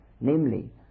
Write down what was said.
namely